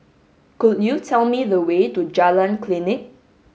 could you tell me the way to Jalan Klinik